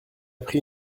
pris